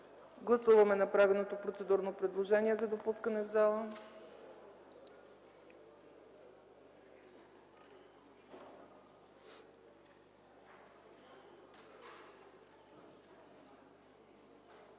гласуване направеното процедурно предложение за допускане в залата.